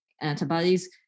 antibodies